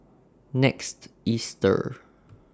next Easter